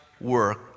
work